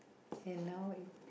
and now